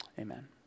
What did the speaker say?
Amen